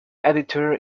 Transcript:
editor